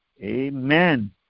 Amen